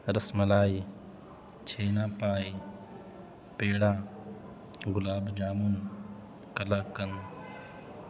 رس ملائی چھھیینا پائی پیڑا گلاب جامن کلا کن